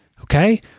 okay